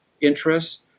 interests